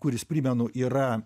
kuris primenu yra